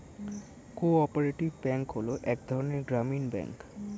co operative bank হলো এক ধরনের গ্রামীণ ব্যাঙ্ক